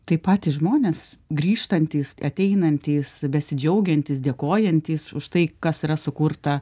tai patys žmonės grįžtantys ateinantys besidžiaugiantys dėkojantys už tai kas yra sukurta